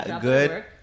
Good